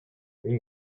une